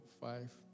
five